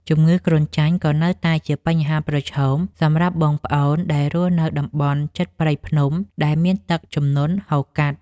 ជំងឺគ្រុនចាញ់ក៏នៅតែជាបញ្ហាប្រឈមសម្រាប់បងប្អូនដែលរស់នៅតំបន់ជិតព្រៃភ្នំដែលមានទឹកជំនន់ហូរកាត់។